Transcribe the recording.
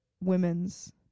women's